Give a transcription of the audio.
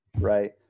right